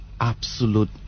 absolute